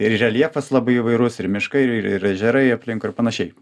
ir reljefas labai įvairus ir miškai ir ir ežerai aplinkui ir panašiai